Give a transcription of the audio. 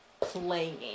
playing